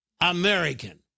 American